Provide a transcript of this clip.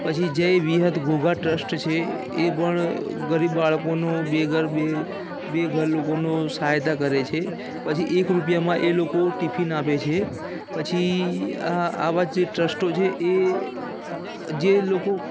પછી જય વિહત ગોગા ટ્રસ્ટ છે એ પણ ગરીબ બાળકોનું બેઘર બેઘર લોકોનું સહાયતા કરે છે પછી એક રૂપિયામાં એ લોકો ટિફિન આપે છે પછી આ આવા જે ટ્રસ્ટો છે એ જે લોકો